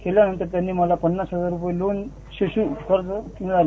त्यानतर त्यांनी मला पन्नास हजार रुपये लोन शिशू कर्ज मिळाले